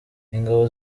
ingabo